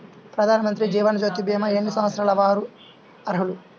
ప్రధానమంత్రి జీవనజ్యోతి భీమా ఎన్ని సంవత్సరాల వారు అర్హులు?